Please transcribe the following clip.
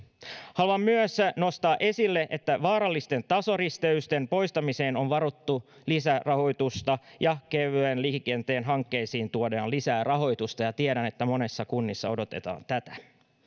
haluan myös nostaa esille että vaarallisten tasoristeysten poistamiseen on varattu lisärahoitusta ja kevyen liikenteen hankkeisiin tuodaan lisää rahoitusta ja tiedän että monessa kunnassa odotetaan tätä